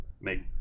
make